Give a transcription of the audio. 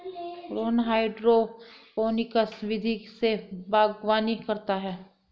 Rohan hydroponics विधि से बागवानी करता है